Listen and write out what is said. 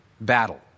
battle